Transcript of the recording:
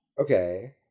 Okay